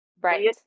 Right